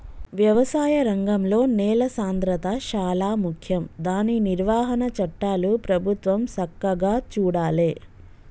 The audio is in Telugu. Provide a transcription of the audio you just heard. వ్యవసాయ రంగంలో నేల సాంద్రత శాలా ముఖ్యం దాని నిర్వహణ చట్టాలు ప్రభుత్వం సక్కగా చూడాలే